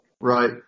Right